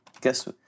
guess